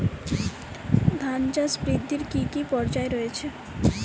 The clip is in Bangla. ধান চাষ বৃদ্ধির কী কী পর্যায় রয়েছে?